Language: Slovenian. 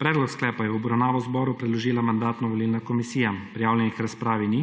Predlog sklepa je v obravnavo zboru predložila mandatno volilna komisija. Prijavljenih k razpravi ni.